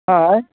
आँय